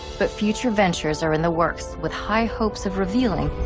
but future ventures are in the works with high hopes of revealing